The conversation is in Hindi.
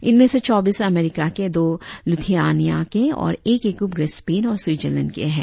इन में से चौबीस अमरीका के दो लिथ्रआनिया के और एक एक उपग्रह स्पेन और स्विटजरलैंड के हैं